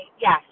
Yes